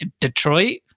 Detroit